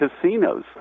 casinos